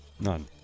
None